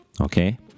Okay